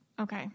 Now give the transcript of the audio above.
Okay